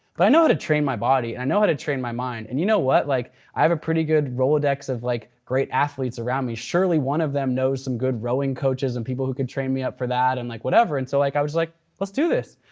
but i know how to train my body and i know how to train my mind and you know what, like i have a pretty good rolodex of like great athletes around me. surely one of them knows some good rowing coaches and people who can train me up for that and like whatever. so like i was like, let's do this,